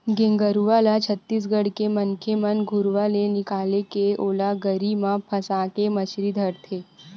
गेंगरूआ ल छत्तीसगढ़ के मनखे मन घुरुवा ले निकाले के ओला गरी म फंसाके मछरी धरथे